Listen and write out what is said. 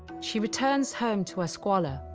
she returns home to her squalor,